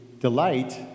delight